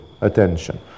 attention